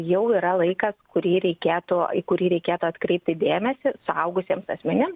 jau yra laikas kurį reikėtų į kurį reikėtų atkreipti dėmesį suaugusiems asmenim